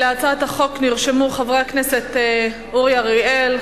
להצעת החוק נרשמו, חבר הכנסת אורי אריאל.